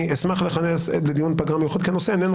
אני אשמח לכנס דיון בפגרה כי הנושא איננו